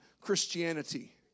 Christianity